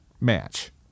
match